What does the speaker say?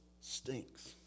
stinks